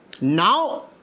Now